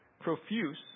Profuse